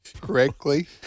correctly